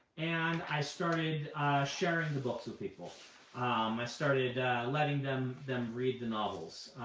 and i started sharing the books with people. um i started letting them them read the novels.